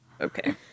Okay